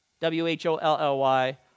W-H-O-L-L-Y